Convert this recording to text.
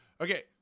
Okay